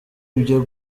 ibyo